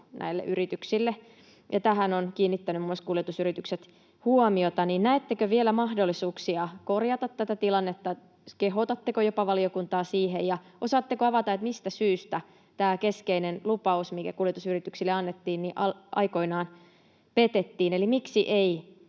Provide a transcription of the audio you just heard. näille yrityksille. Tähän ovat kiinnittäneet myös kuljetusyritykset huomiota. Näettekö vielä mahdollisuuksia korjata tätä tilannetta? Kehotatteko jopa valiokuntaa siihen? Ja osaatteko avata, mistä syystä tämä keskeinen lupaus, mikä kuljetusyrityksille annettiin, aikoinaan petettiin? Eli miksi ei